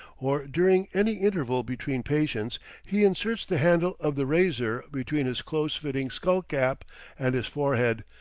or during any interval between patients, he inserts the handle of the razor between his close-fitting skull-cap and his forehead,